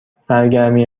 سرگرمی